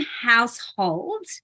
household